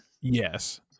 Yes